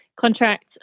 contract